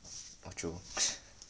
true